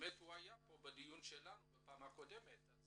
המפקח על הבנקים היה בדיון שלנו בפעם הקודמת,